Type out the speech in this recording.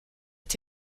été